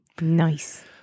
Nice